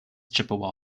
chippewa